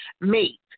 mate